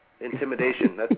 Intimidation